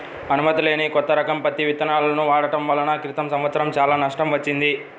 అనుమతి లేని కొత్త రకం పత్తి విత్తనాలను వాడటం వలన క్రితం సంవత్సరం చాలా నష్టం వచ్చింది